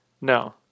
No